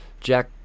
Jack